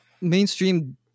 mainstream